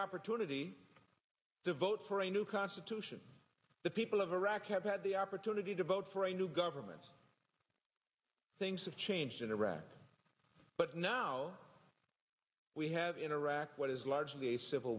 opportunity to vote for a new constitution the people of iraq have had the opportunity to vote for a new government things have changed in iraq but now we have in iraq what is largely a civil